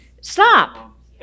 stop